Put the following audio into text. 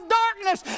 darkness